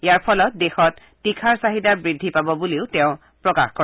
ইয়াৰ ফলত দেশত তীখাৰ চাহিদা বৃদ্ধি পাব বুলিও তেওঁ প্ৰকাশ কৰে